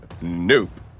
Nope